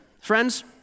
Friends